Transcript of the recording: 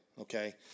Okay